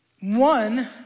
One